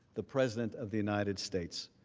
the president of the united states.